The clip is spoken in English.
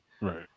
Right